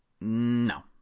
No